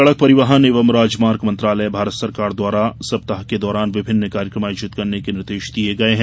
सड़क परिवहन एवं राजमार्ग मंत्रालय भारत सरकार द्वारा सप्ताह के दौरान विभिन्न कार्यक्रम आयोजित करने के निर्देश दिये गये हैं